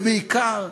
ובעיקר,